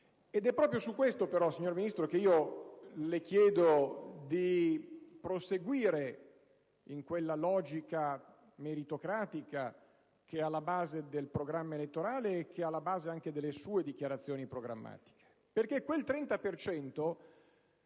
Ed è proprio su questo punto che io, signora Ministro, le chiedo di proseguire in quella logica meritocratica che è alla base del programma elettorale ed anche delle sue dichiarazioni programmatiche. Quel 30